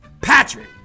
Patrick